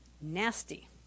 Nasty